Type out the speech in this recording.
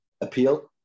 appeal